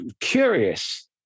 curious